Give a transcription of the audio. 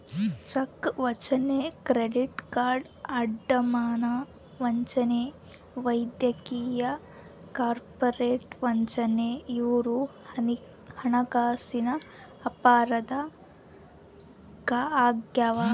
check ವಂಚನೆ credit card ಅಡಮಾನ ವಂಚನೆ ವೈದ್ಯಕೀಯ ಕಾರ್ಪೊರೇಟ್ ವಂಚನೆ ಇವು ಹಣಕಾಸಿನ ಅಪರಾಧ ಆಗ್ಯಾವ